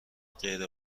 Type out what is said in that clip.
غیر